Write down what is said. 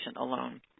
alone